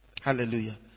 Hallelujah